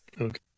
Okay